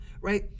right